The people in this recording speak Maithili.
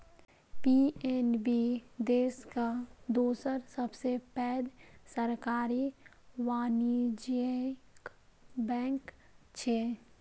पी.एन.बी देशक दोसर सबसं पैघ सरकारी वाणिज्यिक बैंक छियै